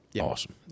Awesome